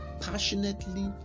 passionately